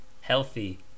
healthy